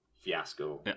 fiasco